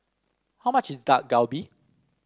how much is Dak Galbi